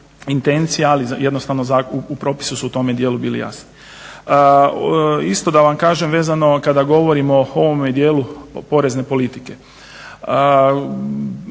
ali jednostavno u propisi su u tome dijelu bili jasni. Isto da vam kažem vezano kada govorimo o ovome dijelu porezne politike.